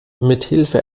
mithilfe